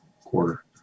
quarter